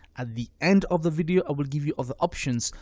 at the end of the video i will give you other options,